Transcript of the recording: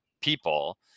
people